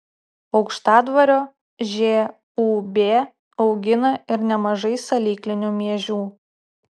aukštadvario žūb augina ir nemažai salyklinių miežių